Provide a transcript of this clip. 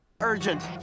urgent